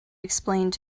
explained